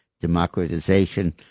democratization